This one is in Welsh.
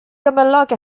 gymylog